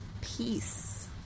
Peace